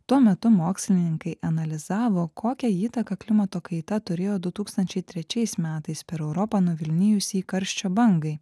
tuo metu mokslininkai analizavo kokią įtaką klimato kaita turėjo du tūkstančiai trečiais metais per europą nuvilnijusiai karščio bangai